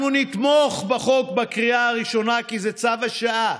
אנחנו נתמוך בחוק בקריאה הראשונה, כי זה צו השעה,